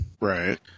Right